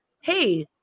hey